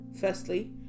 firstly